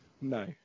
No